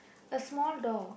a small dog